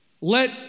Let